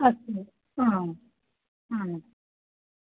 अस्तु आम् आम्